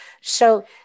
So-